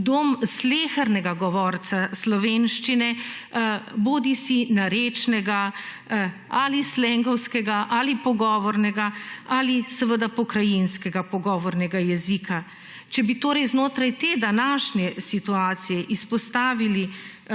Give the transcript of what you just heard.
dom slehernega govorca slovenščine, bodisi narečnega ali slengovskega ali pogovornega ali seveda pokrajinskega pogovornega jezika. Če bi torej znotraj te današnje situacije izpostavili